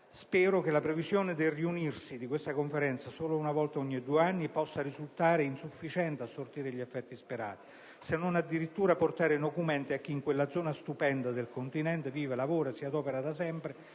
Spero che la previsione della convocazione di tale Conferenza solo una volta ogni due anni non risulti insufficiente a sortire gli effetti sperati o addirittura causa di nocumenti a chi in quella zona stupenda del continente vive, lavora e si adopera da sempre